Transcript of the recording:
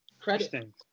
Credit